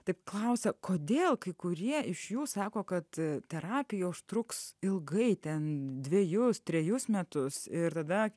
taip klausia kodėl kai kurie iš jų sako kad terapija užtruks ilgai ten dvejus trejus metus ir tada